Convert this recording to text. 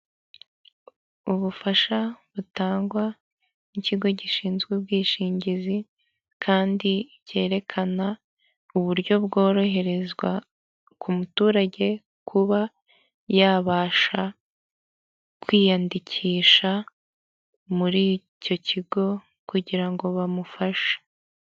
Ubufasha butangwa n'ikigo gishinzwe ubwishingizi, kandi cyerekana uburyo bworoherezwa ku muturage, kuba yabasha kwiyandikisha muri icyo kigo kugira ngo bamufashe.